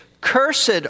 cursed